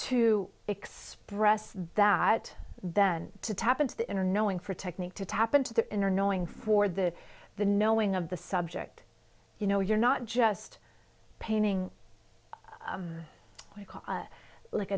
to express that then to tap into the inner knowing for technique to tap into the inner knowing for the the knowing of the subject you know you're not just painting